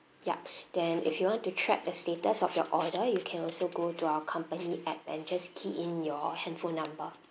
ya then if you want to track the status of your order you can also go to our company app and just key in your handphone number